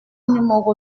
numéro